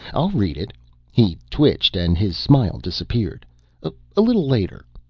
i'll read it he twitched and his smile disappeared a little later.